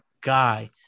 guy